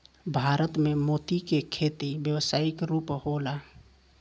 भारत में मोती के खेती व्यावसायिक रूप होला